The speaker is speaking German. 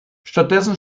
stattdessen